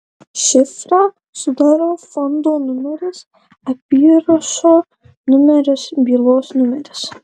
šifrą sudaro fondo numeris apyrašo numeris bylos numeris